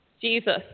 Jesus